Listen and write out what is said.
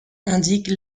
indique